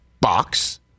box